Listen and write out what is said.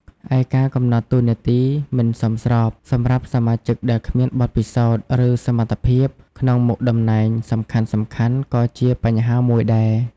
ឯ ការកំណត់តួនាទីមិនសមស្រប សម្រាប់សមាជិកដែលគ្មានបទពិសោធន៍ ឬសមត្ថភាពក្នុងមុខតំណែងសំខាន់ៗក៏ជាបញ្ហាមួយដែរ។